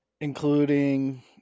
Including